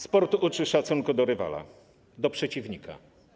Sport uczy szacunku do rywala, do przeciwnika.